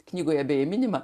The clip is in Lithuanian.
knygoje beje minima